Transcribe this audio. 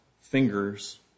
fingers